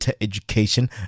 education